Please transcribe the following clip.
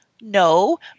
no